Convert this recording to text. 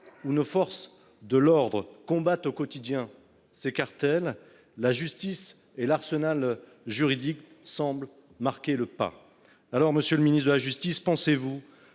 où nos forces de l'ordre combattent au quotidien ce cartel. La justice et l'arsenal juridique semble marquer le pas. Alors Monsieur le ministre de la Justice, pensez-vous